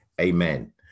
Amen